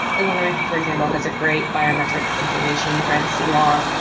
illinois, for example, has a great biometric information privacy law,